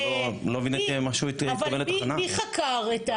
מי חקר?